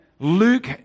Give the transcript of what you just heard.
Luke